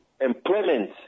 employment